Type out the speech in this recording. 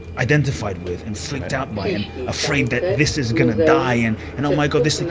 identified with and freaked out by and afraid that this is going to die and and, oh my god, this.